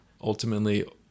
Ultimately